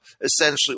essentially